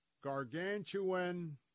gargantuan